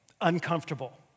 uncomfortable